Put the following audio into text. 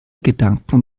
gedanken